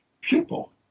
pupil